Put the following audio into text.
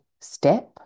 step